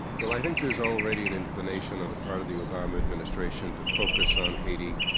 well, i think there's already an inclination on the part of the obama administration to focus on haiti.